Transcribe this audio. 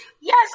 Yes